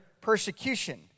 persecution